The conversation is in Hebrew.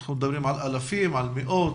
האם אנחנו מדברים על אלפים או על מאות?